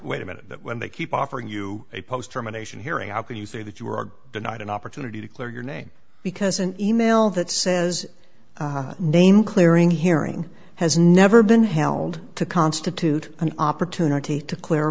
ait a minute that when they keep offering you a post from a nation hearing how can you say that you were denied an opportunity to clear your name because an e mail that says name clearing hearing has never been held to constitute an opportunity to clear